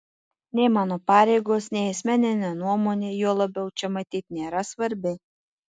nei mano pareigos nei asmeninė nuomonė juo labiau čia matyt nėra svarbi